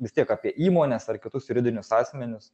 vis tiek apie įmones ar kitus juridinius asmenis